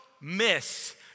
miss